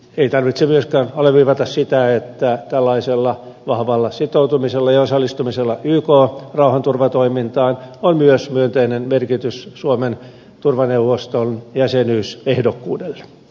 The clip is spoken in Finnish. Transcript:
ei tarvitse myöskään alleviivata sitä että tällaisella vahvalla sitoutumisella ja osallistumisella yk rauhanturvatoimintaan on myös myönteinen merkitys suomen turvaneuvoston jäsenyysehdokkuudelle